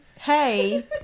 hey